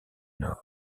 nord